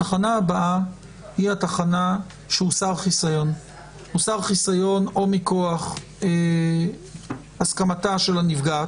התחנה הבאה היא התחנה שבה הוסר החיסיון או מכוח הסכמתה של הנפגעת,